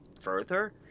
further